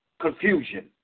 confusion